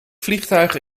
vliegtuig